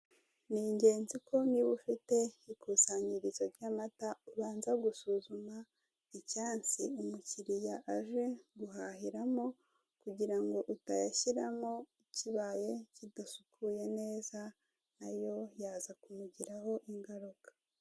Ni ingenzi ko niba ufite ikusanyirizo ry'amata, ubanza gusuzuma icyansi umukiriya aje guhahiramo, kugira ngo utayashyiramo kibaye kidasukuye neza, na yo yaza kumugiraho ingaruka.